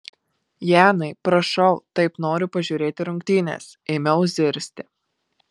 janai prašau taip noriu pažiūrėti rungtynes ėmiau zirzti